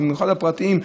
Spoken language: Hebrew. במיוחד הפרטיים,